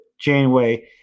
Janeway